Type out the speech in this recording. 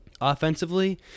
Offensively